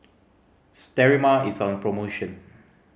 sterimar is on promotion